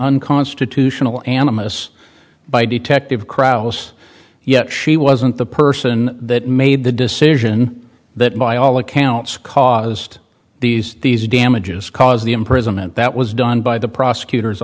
unconstitutional animists by detective kraus yet she wasn't the person that made the decision that by all accounts caused these these damages caused the imprisonment that was done by the prosecutor